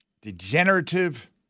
degenerative